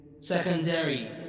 secondary